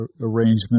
arrangement